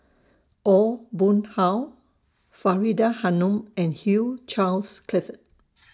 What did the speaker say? Aw Boon Haw Faridah Hanum and Hugh Charles Clifford